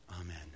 Amen